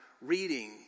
reading